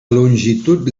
longitud